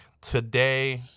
today